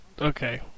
Okay